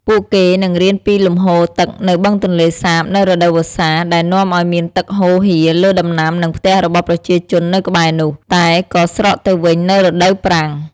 ពួកគេនឹងរៀនពីលំហូរទឹកនៅបឹងទន្លេសាបនៅរដូវវស្សា ដែលនាំឱ្យមានទឹកហូរហៀរលើដំណាំ និងផ្ទះរបស់ប្រជាជននៅក្បែរនោះ តែក៏ស្រកទៅវិញនៅរដូវប្រាំង។